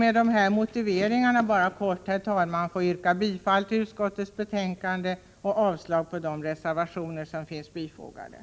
Med de här korta motiveringarna vill jag yrka bifall till utskottets hemställan och avslag på de reservationer som är fogade till betänkandet.